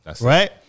Right